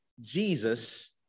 Jesus